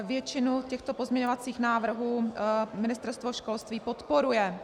Většinu těchto pozměňovacích návrhů Ministerstvo školství podporuje.